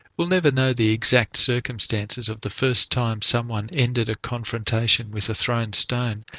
we'll never know the exact circumstances of the first time someone ended a confrontation with a thrown stone,